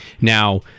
Now